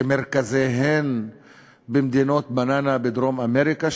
שמרכזיהן במדינות בננה בדרום-אמריקה,